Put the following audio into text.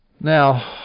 Now